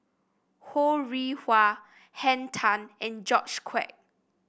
Ho Rih Hwa Henn Tan and George Quek